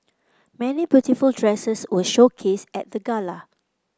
many beautiful dresses were showcased at the gala